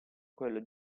quello